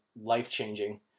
life-changing